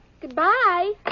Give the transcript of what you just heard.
Goodbye